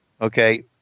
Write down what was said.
Okay